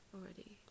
already